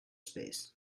space